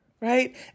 right